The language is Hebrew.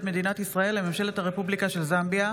מדינת ישראל לממשלת הרפובליקה של זמביה.